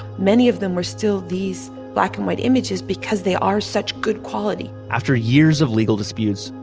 many of them were still these black and white images, because they are such good quality after years of legal disputes,